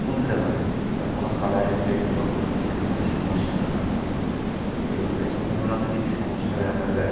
তুলতে পারে আর কোনও কালার এফেক্ট বা কোনও কিছুর কোনও সমস্যা না হয় এভাবে সাধারণত কিছু সমস্যা দেখা যায়